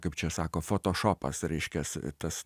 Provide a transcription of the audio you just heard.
kaip čia sako fotošopas reiškias tas